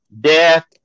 death